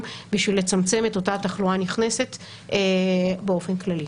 בשביל לצמצם את אותה תחלואה נכנסת באופן כללי.